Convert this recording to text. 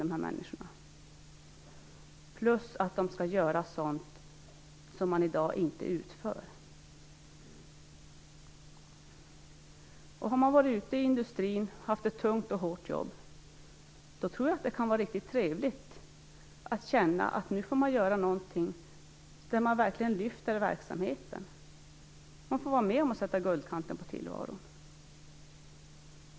De skall dessutom göra sådant arbete som i dag inte utförs. Har man varit ute i industrin och haft ett tungt och hårt jobb tror jag att det kan vara riktigt trevligt att känna att man får göra något som innebär att man verkligen lyfter verksamheten. Man får vara med om att sätta guldkant på tillvaron.